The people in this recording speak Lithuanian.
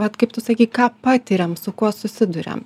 vat kaip tu sakei ką patiriam su kuo susiduriam